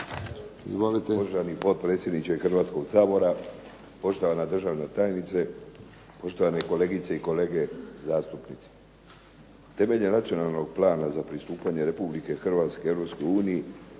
Uvaženi potpredsjedniče Hrvatskog sabora, poštovana državna tajnice, poštovane kolegice i kolege zastupnici. Temeljem Nacionalnog plana za pristupanje Republike Hrvatske